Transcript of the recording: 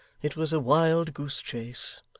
it was a wild-goose chase.